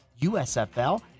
USFL